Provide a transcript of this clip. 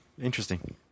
interesting